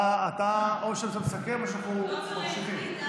או שאתה מסכם או שאנחנו ממשיכים.